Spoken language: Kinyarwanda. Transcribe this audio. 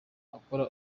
akora